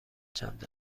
چند